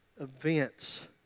events